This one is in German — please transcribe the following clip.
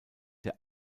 der